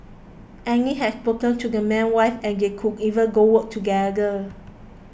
Annie had spoken to the man's wife and they could even go work together